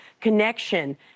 connection